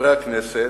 חברי הכנסת,